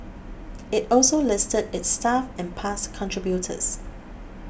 it also listed its staff and past contributors